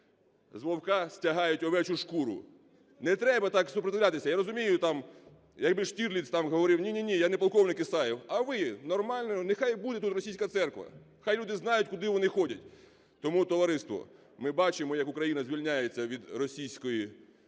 з вовка стягають овечу шкуру… Не треба так сопротивлятися! Я розумію там, якби Штірліц там говорив "ні-ні-ні, я не полковник Ісаєв!" А ви? Нормально, нехай буде тут російська церква, хай люди знають, куди вони ходять. Тому, товариство, ми бачимо, як країна звільняється від російської агресії,